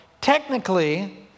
Technically